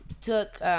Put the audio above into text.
took